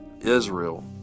Israel